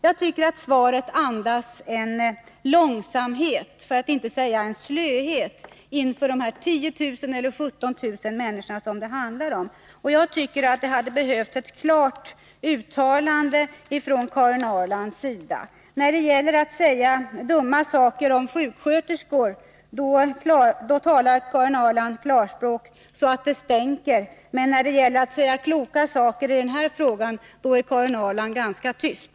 Jag tycker att svaret andas en långsamhet, för att inte säga slöhet, inför de mellan 10 000 och 17 000 människor som det handlar om. Det hade behövts ett klart uttalande från Karin Ahrland. När det gäller att säga dumma saker om sjuksköterskor talar Karin Ahrland klarspråk så att det stänker, men när det gäller att säga kloka saker i den här frågan är Karin Ahrland ganska tyst.